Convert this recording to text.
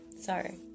Sorry